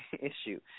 issue